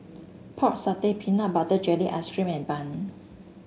Pork Satay Peanut Butter Jelly Ice cream and bun